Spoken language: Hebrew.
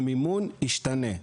המימון ישתנה.